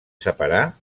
separar